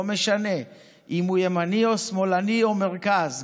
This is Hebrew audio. לא משנה אם הוא ימני או שמאלני או מרכז,